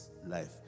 Life